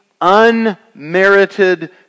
unmerited